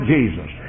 Jesus